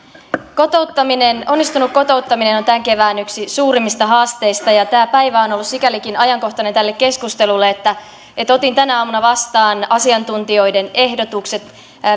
onnistunut kotouttaminen on tämän kevään yksi suurimmista haasteista ja tänä päivänä tämä keskustelu on ollut sikälikin ajankohtainen että että otin tänä aamuna vastaan asiantuntijoiden ehdotukset